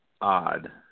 odd